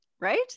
Right